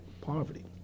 poverty